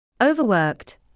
Overworked